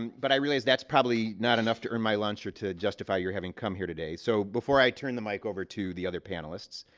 but i realize that's probably not enough to earn my lunch or to justify your having come here today. so before i turn the mic over to the other panelists,